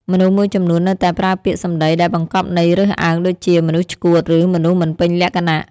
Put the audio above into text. មនុស្សមួយចំនួននៅតែប្រើពាក្យសំដីដែលបង្កប់ន័យរើសអើងដូចជា "មនុស្សឆ្កួត" ឬ "មនុស្សមិនពេញលក្ខណៈ"។